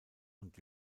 und